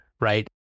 right